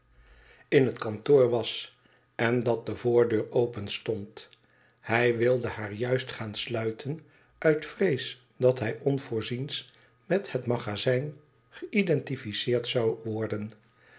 in het kantoor was en dat de voordeur openstond hij wilde haar juist gaan sluiten uit vrees dat hij onvoorziens met het magazijn geïdentifieerd zou worden